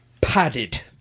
Padded